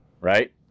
right